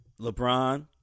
LeBron